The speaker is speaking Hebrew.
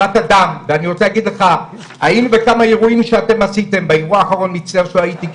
היינו בכמה אירועים שעשיתם באירוע האחרון מצטער שלא הייתי כי